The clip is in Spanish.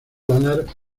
lanar